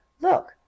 look